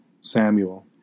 Samuel